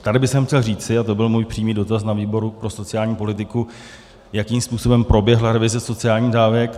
Tady bych chtěl říci, a to byl můj přímý dotaz na výboru pro sociální politiku jakým způsobem proběhla revize sociálních dávek.